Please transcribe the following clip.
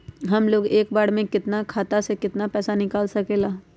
हमलोग एक बार में अपना खाता से केतना पैसा निकाल सकेला?